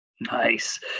Nice